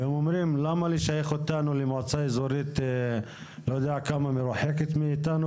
הם אומרים: למה לשייך אותנו למועצה אזורית שמרוחקת מאיתנו,